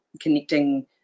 connecting